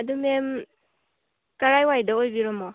ꯑꯗꯨ ꯃꯦꯝ ꯀꯗꯥꯏ ꯋꯥꯏꯗ ꯑꯣꯏꯗꯣꯏꯅꯣ